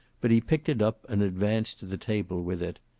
but he picked it up and advanced to the table with it.